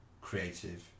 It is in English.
creative